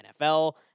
NFL